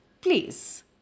Please